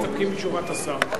מסתפקים בתשובת השר?